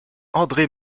andre